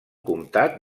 comtat